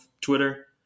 twitter